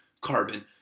Carbon